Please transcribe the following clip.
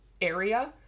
area